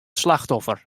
slachtoffer